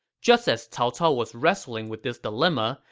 just as cao cao was wrestling with this dilemma,